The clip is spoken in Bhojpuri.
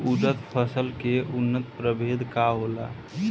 उरद फसल के उन्नत प्रभेद का होला?